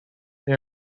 they